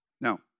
Now